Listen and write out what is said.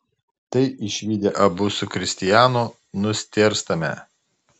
tai išvydę abu su kristianu nustėrstame